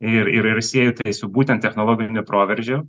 ir ir ir sieju tai su būtent technologiniu proveržiu